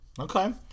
Okay